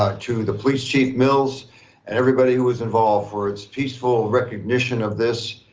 ah to the police chief mills, and everybody who was involved for its peaceful recognition of this.